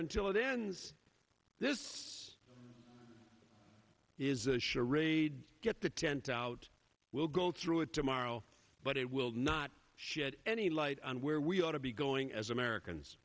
until it ends this it is a charade get the tent out we'll go through it tomorrow but it will not shed any light on where we ought to be going as americans